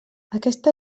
aquesta